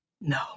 No